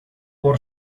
por